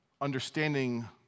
understanding